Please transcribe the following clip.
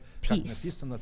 peace